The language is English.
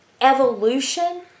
evolution